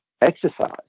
exercise